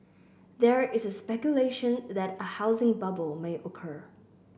there is speculation that a housing bubble may occur